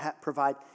provide